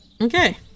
okay